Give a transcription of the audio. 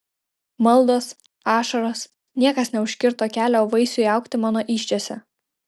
maldos ašaros niekas neužkirto kelio vaisiui augti mano įsčiose